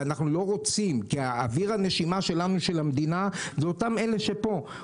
ואנחנו לא רוצים שזה יקרה כי אוויר הנשימה של המדינה זה אותם אלה שפה,